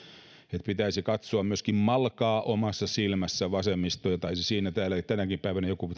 vasemmiston pitäisi katsoa malkaa myöskin omassa silmässä taisi täällä tänäkin päivänä joku